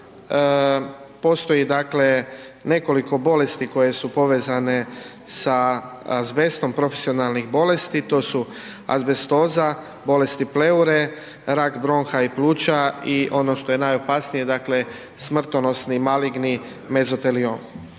postoji dakle nekoliko bolesti koje su povezane sa azbestom, profesionalnih bolesti, to su azbestoza, bolesti pleure, rak bronha i pluća i ono što je najopasnije, dakle smrtonosni maligni mezoteliom.